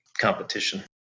competition